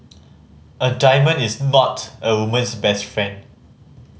a diamond is mat a woman's best friend